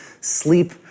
sleep